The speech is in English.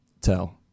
Tell